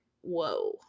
whoa